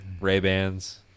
Ray-Bans